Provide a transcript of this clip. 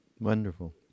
wonderful